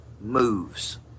moves